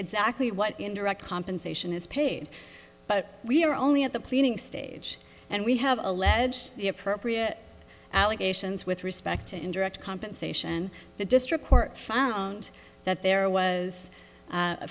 exactly what indirect compensation is paid but we are only at the planning stage and we have the appropriate allegations with respect to indirect compensation the district court found that there was a